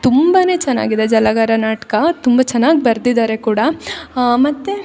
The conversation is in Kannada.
ತುಂಬ ಚೆನ್ನಾಗಿದೆ ಜಲಗಾರ ನಾಟಕ ತುಂಬ ಚೆನ್ನಾಗ್ ಬರೆದಿದಾರೆ ಕೂಡ ಮತ್ತು